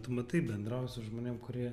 tu matai bendrauji su žmonėm kurie